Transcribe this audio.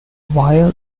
via